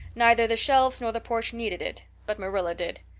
neither the shelves nor the porch needed it but marilla did.